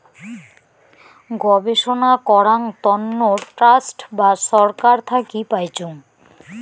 গবেষণা করাং তন্ন ট্রাস্ট বা ছরকার থাকি পাইচুঙ